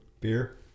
beer